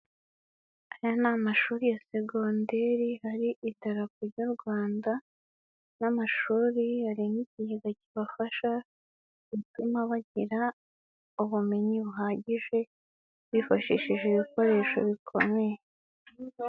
Aya ni amashuri ya segonderi hari itarapo ry'u Rwanda n'amashuri. Hari n'ikigega kibafasha gutuma bagira ubumenyi buhagije bifashishije ibikoresho bikomeye.